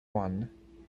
one